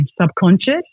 subconscious